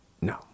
no